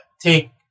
take